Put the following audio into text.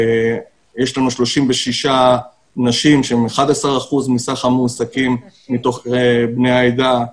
יש לנו 36 נשים שהם 11% מסך המועסקים מתוך בני העדה.